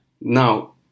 Now